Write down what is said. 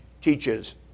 teaches